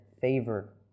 favor